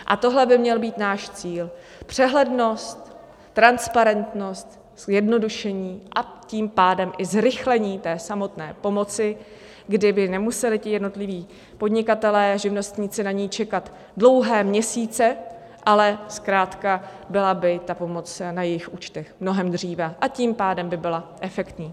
A tohle by měl být náš cíl přehlednost, transparentnost, zjednodušení a tím pádem i zrychlení té samotné pomoci, kdy by nemuseli jednotliví podnikatelé, živnostníci na ni čekat dlouhé měsíce, ale zkrátka byla by pomoc na jejich účtech mnohem dříve, a tím pádem by byla efektní.